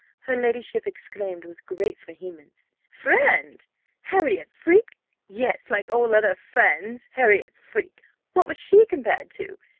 her ladyship exclaimed with great vehemence, friend harriot freke yes, like all other friends harriot freke what was she compared to?